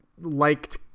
liked